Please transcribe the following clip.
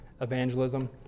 evangelism